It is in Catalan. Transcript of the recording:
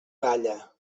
balla